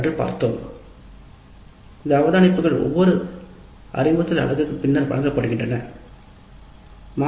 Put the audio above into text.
இந்த அறிவுறுத்தல்கள் ஒவ்வொரு அறிவுறுத்தலுக்கும் பின்னர் வழங்கப்படுகின்றன அலகு